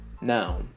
Now